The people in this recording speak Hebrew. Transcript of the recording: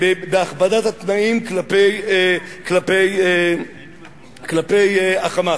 בהכבדת התנאים כלפי ה"חמאס".